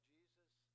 Jesus